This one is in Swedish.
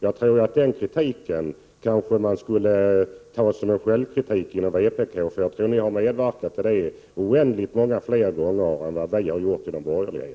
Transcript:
Jag tror att vpk i stället borde utöva självkritik på den punkten, eftersom jag tror att ni oändligt fler gånger har handlat på det sättet än vi borgerliga.